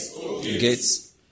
gates